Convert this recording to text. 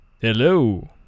Hello